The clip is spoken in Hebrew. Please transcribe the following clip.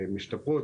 משתפרות.